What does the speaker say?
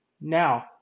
Now